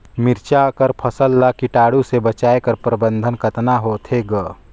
मिरचा कर फसल ला कीटाणु से बचाय कर प्रबंधन कतना होथे ग?